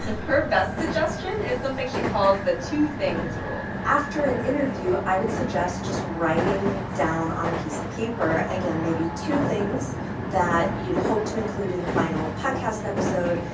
her best suggestion is something she calls the two things rule after an interview, i would suggest just writing down on a piece of paper, again, maybe two things that you'd hope to include in the final podcast episode,